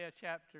chapter